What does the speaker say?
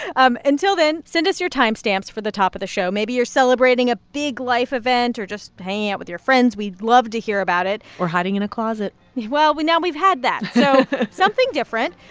um until then, send us your timestamps for the top of the show. maybe you're celebrating a big life event or just hanging out with your friends. we'd love to hear about it or hiding in a closet well, we now, we've had that, so something different